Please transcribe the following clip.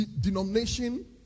denomination